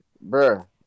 bro